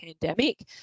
pandemic